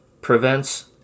prevents